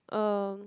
um